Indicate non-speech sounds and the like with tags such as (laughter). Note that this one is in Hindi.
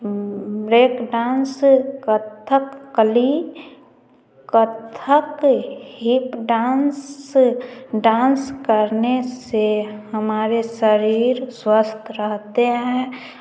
break dance Kathakali Kathak (unintelligible) dance dance करने से हमारे शरीर स्वस्थ रहते हैं